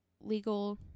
legal